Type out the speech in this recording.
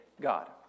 God